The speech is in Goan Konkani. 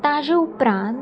ताजे उपरांत